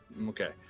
okay